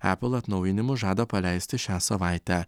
apple atnaujinimus žada paleisti šią savaitę